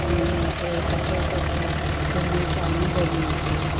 જેને આપણે અર્પણ કરતાં ધન્યતા અનુભવીએ છીએ